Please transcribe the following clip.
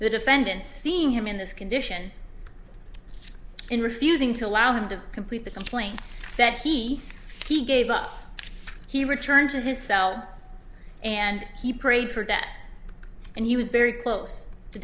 the defendant seeing him in this condition and refusing to allow him to complete the complaint that he he gave up he returned to his cell and he prayed for death and he was very close to